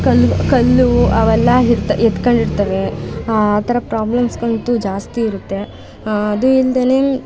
ಕಲ್ಲು ಕಲ್ಲು ಅವೆಲ್ಲ ಇರ್ತಾ ಎತ್ಕೊಂಡಿರ್ತವೆ ಆ ಥರ ಪ್ರಾಬ್ಲಮ್ಸ್ಗಳಂತೂ ಜಾಸ್ತಿ ಇರುತ್ತೆ ಅದು ಇಲ್ಲದೇನೆ